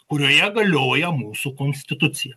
kurioje galioja mūsų konstitucija